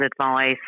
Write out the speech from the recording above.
advice